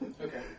Okay